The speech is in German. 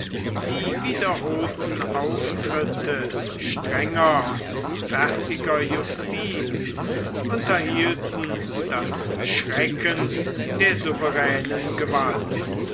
die wiederholten auftritte strenger und fertiger justiz unterhielten das schrecken der souveränen gewalt